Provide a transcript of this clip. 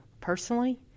personally